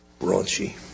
raunchy